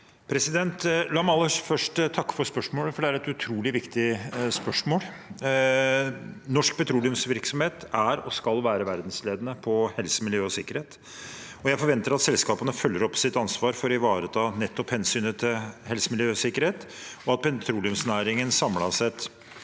La meg aller først få takke for spørsmålet, for det er et utrolig viktig spørsmål. Norsk petroleumsvirksomhet er og skal være verdensledende på helse, miljø og sikkerhet. Jeg forventer at selskapene følger opp sitt ansvar for å ivareta nettopp hensynet til helse, miljø og sikkerhet, og at petroleumsnæringen samlet sett